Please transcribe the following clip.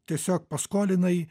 tiesiog paskolinai